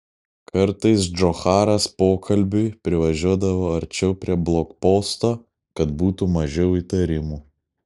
kartais džocharas pokalbiui privažiuodavo arčiau prie blokposto kad būtų mažiau įtarimų